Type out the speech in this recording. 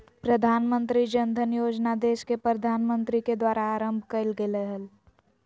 प्रधानमंत्री जन धन योजना देश के प्रधानमंत्री के द्वारा आरंभ कइल गेलय हल